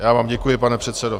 Já vám děkuji, pane předsedo.